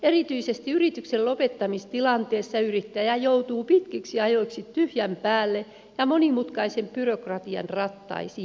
erityisesti yrityksen lopettamistilanteessa yrittäjä joutuu pitkiksi ajoiksi tyhjän päälle ja monimutkaisen byrokratian rattaisiin